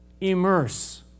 Immerse